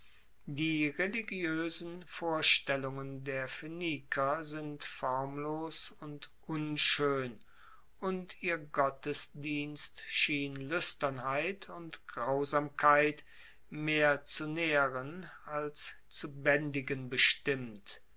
die religioesen vorstellungen der phoeniker sind formlos und unschoen und ihr gottesdienst schien luesternheit und grausamkeit mehr zu naehren als zu baendigen bestimmt